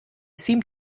seem